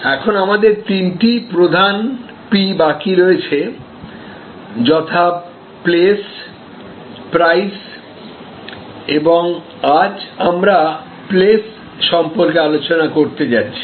এখন আমাদের তিনটি প্রধান পি বাকি রয়েছে যথা প্লেস প্রাইস এবং আজ আমরা প্লেস সম্পর্কে আলোচনা করতে যাচ্ছি